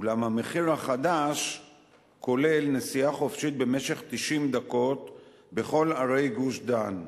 אולם המחיר החדש כולל נסיעה חופשית במשך 90 דקות בכל ערי גוש-דן,